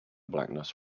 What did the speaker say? blackness